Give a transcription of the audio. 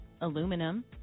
aluminum